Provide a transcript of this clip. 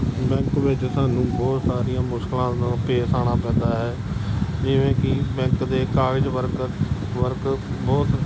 bank ਵਿੱਚ ਸਾਨੂੰ ਬਹੁਤ ਸਾਰੀਆਂ ਮੁਸ਼ਕਿਲਾਂ ਨੂੰ ਪੇਸ਼ ਆਉਣਾ ਪੈਂਦਾ ਹੈ ਜਿਵੇਂ ਕਿ ਬੈਂਕ ਦੇ ਕਾਗਜ਼ ਵਰਕਰ ਵਰਕ ਬਹੁਤ